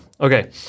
Okay